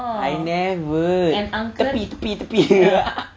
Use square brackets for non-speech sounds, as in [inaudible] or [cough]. I never tepi tepi tepi [laughs]